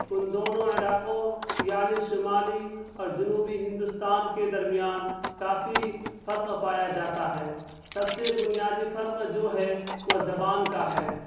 ان دونوں علاقوں یعنی شمالی اور جنوبی ہندوستان کے درمیان کافی فرق پایا جاتا ہے سب سے بنیادی فرق جو ہے وہ زبان کا ہے